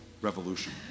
revolution